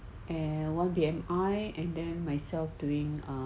and one B_M_I and then myself doing um